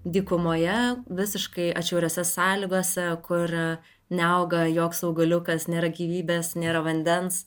dykumoje visiškai atšiauriose sąlygose kur neauga joks augaliukas nėra gyvybės nėra vandens